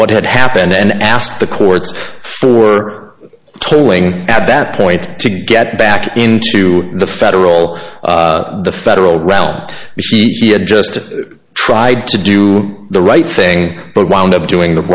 what had happened and asked the courts for tolling at that point to get back into the federal the federal realm she had just tried to do the right thing but wound up doing the